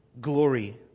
glory